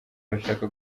bashaka